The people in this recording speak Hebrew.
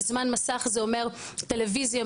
זמן מסך זה אומר טלוויזיה,